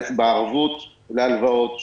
בערבות להלוואות,